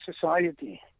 society